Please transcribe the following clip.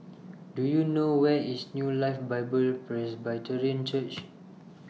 Do YOU know Where IS New Life Bible Presbyterian Church